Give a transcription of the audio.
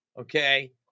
okay